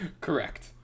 Correct